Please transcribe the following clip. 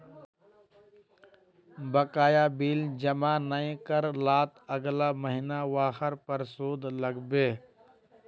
बकाया बिल जमा नइ कर लात अगला महिना वहार पर सूद लाग बे